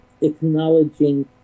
acknowledging